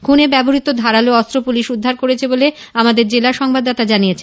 খুনে ব্যবহৃত ধারালো অস্ত্র পুলিশ উদ্ধার করেছে বলে আমাদের জেলা সংবাদদাতা জানিয়েছেন